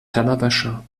tellerwäscher